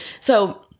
So-